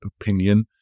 opinion